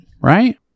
right